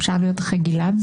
אפשר להיות אחרי גלעד?